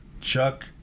Chuck